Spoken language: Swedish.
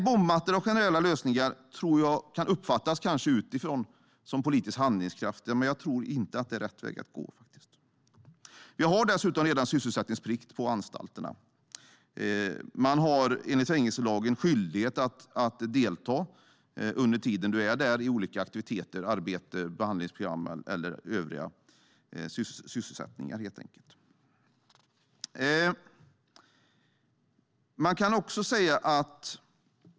Bombmattor och generella lösningar tror jag kanske kan uppfattas som politiskt handlingskraftiga utifrån sett, men jag tror inte att det är rätt väg att gå. Vi har dessutom redan sysselsättningsplikt på anstalterna. Man har enligt fängelselagen skyldighet att under tiden man är där delta i olika aktiviteter, arbete, behandlingsprogram eller övriga sysselsättningar.